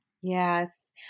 Yes